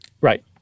Right